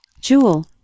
Jewel